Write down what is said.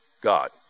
God